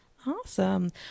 Awesome